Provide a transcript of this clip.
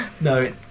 No